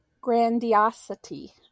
Grandiosity